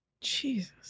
Jesus